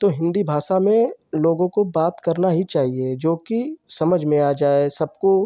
तो हिन्दी भाषा में लोगों को बात करनी ही चाहिए जो कि समझ में आ जाए सबको